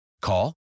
Call